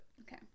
okay